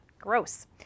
Gross